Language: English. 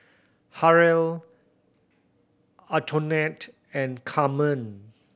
Harrell Antionette and Carmen